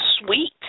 Sweet